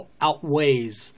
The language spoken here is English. outweighs